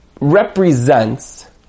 represents